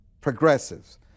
Progressives